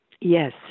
Yes